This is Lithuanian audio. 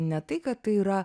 ne tai kad tai yra